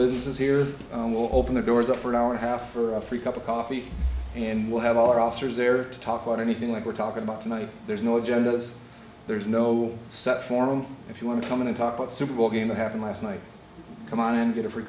businesses here will open the doors up for an hour and a half for a free cup of coffee and we'll have all our officers there to talk about anything like we're talking about tonight there's no agendas there's no set formula if you want to come in and talk about the super bowl game that happened last night come on and get